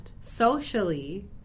Socially